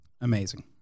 amazing